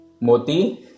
Moti